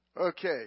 Okay